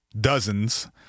dozens